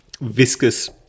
viscous